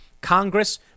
Congress